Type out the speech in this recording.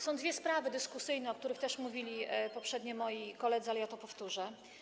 Są dwie sprawy dyskusyjne, o których mówili poprzednio moi koledzy, ale ja to powtórzę.